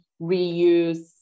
reuse